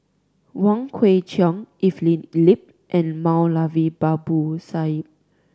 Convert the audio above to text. Wong Kwei Cheong Evelyn Lip and Moulavi Babu Sahib